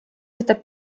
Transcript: võtab